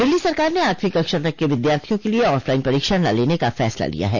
दिल्ली सरकार ने आठवीं कक्षा तक के विद्यार्थियों के लिए ऑफलाइन परीक्षा न लेने का फैसला लिया है